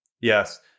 Yes